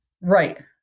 Right